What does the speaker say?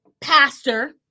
pastor